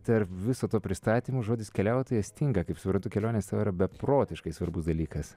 tarp viso to pristatymų žodis keliautojas tinka kaip suprantu kelionės tau yra beprotiškai svarbus dalykas